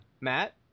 Matt